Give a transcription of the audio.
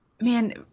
man